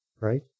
right